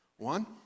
One